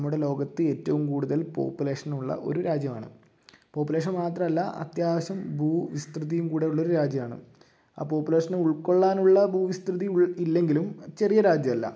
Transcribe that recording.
നമ്മുടെ ലോകത്ത് ഏറ്റവും കൂടുതൽ പോപ്പുലേഷൻ ഉള്ള ഒരു രാജ്യമാണ് പോപ്പുലേഷൻ മാത്രമല്ല അത്യാവശ്യം ഭൂ വിസ്തൃതിയും കൂടി ഉള്ളൊരു രാജ്യമാണ് ആ പോപ്പുലേഷൻ ഉൾക്കൊള്ളാനുള്ള ഭൂവിസ്തൃതി ഉൾ ഇല്ലെങ്കിലും ചെറിയ രാജ്യമല്ല